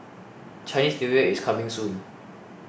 Chinese New Year is coming soon